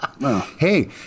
Hey